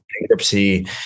bankruptcy